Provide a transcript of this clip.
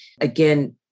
again